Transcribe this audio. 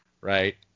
right